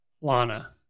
Lana